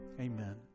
Amen